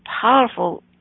powerful